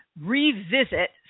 revisit